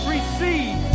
Receive